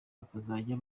bakazajya